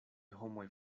homoj